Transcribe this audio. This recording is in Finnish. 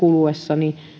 kuluessa